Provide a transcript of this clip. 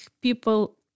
people